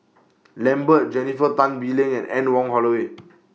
Lambert Jennifer Tan Bee Leng and Anne Wong Holloway